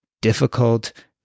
difficult